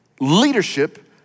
leadership